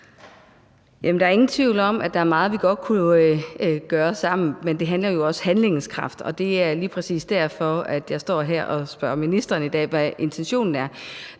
Der er ingen tvivl om, at der er meget, vi godt kunne gøre sammen. Men det handler jo også om handlingens kraft, og det er lige præcis derfor, jeg står her i dag og spørger ministeren, hvad intentionen er.